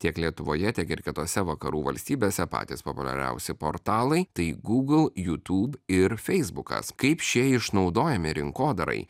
tiek lietuvoje tiek ir kitose vakarų valstybėse patys populiariausi portalai tai google youtube ir feisbukas kaip šie išnaudojami rinkodarai